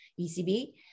ECB